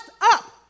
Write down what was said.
up